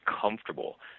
comfortable